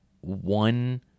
one